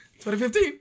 2015